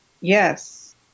Yes